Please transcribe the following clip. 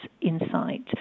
insight